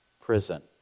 prison